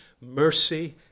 mercy